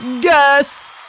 guess